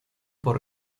por